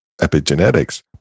epigenetics